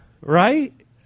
Right